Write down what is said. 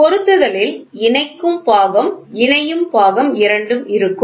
பொருத்துதலில் இணைக்கும் பாகம் இணையும் பாகம் இருக்கும்